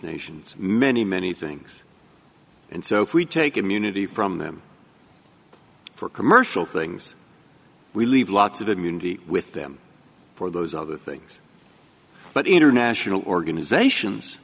nations many many things and so if we take immunity from them for commercial things we leave lots of immunity with them for those other things but international organizations